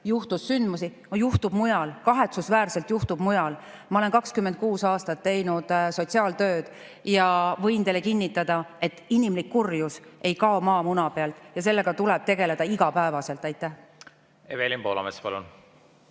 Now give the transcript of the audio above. juhtus sündmusi. Juhtub ka mujal, kahetsusväärselt juhtub ka mujal. Ma olen 26 aastat teinud sotsiaaltööd ja võin teile kinnitada, et inimlik kurjus ei kao maamuna pealt, ja sellega tuleb tegeleda igapäevaselt. Suur aitäh! Sotsiaalministeeriumi